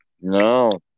No